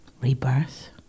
rebirth